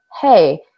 hey